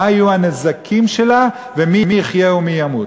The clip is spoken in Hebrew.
מה יהיו הנזקים שלה ומי יחיה ומי ימות.